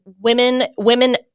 women—women